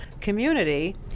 community